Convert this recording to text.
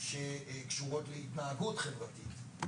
שקשורות להתנהגות חברתית,